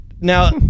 Now